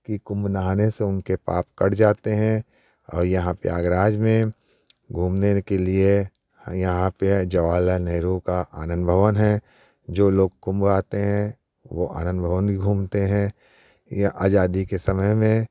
कि कुम्भ नहाने से उनके पाप कट जाते हैं और यहाँ प्रयागराज में घूमने के लिए यहाँ पे जवाहर लाल नेहरू का आनंद भवन है जो लोग कुम्भ आते हैं वो आनंद भवन भी घूमते हैं यह अजादी के समय में